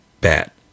bat